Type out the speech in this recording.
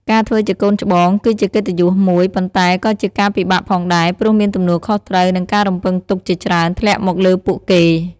ការធ្វើជាកូនច្បងគឺជាកិត្តិយសមួយ ប៉ុន្តែក៏ជាការពិបាកផងដែរ ព្រោះមានទំនួលខុសត្រូវ និងការរំពឹងទុកជាច្រើនធ្លាក់មកលើពួកគេ។